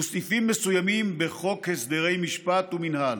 וסעיפים מסוימים בחוק הסדרי משפט ומינהל.